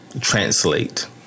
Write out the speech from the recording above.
translate